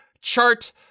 chart